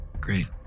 Great